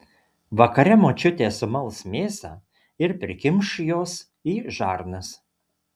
vakare močiutė sumals mėsą ir prikimš jos į žarnas